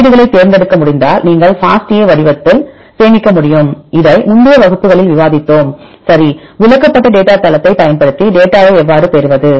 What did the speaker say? உள்ளீடுகளைத் தேர்ந்தெடுக்க முடிந்தால் நீங்கள் FASTA வடிவத்தில் சேமிக்க முடியும் இதை முந்தைய வகுப்புகளில் விவாதித்தோம் சரி விளக்கப்பட்ட டேட்டாத்தளத்தைப் பயன்படுத்தி டேட்டாவை எவ்வாறு பெறுவது